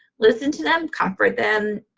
listen to them, comfort them.